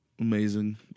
amazing